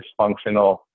dysfunctional